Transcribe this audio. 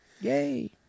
Yay